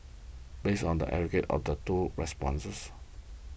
based on the aggregate of the do responses